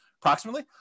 Approximately